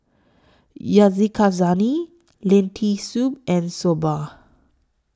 Yakizakana Lentil Soup and Soba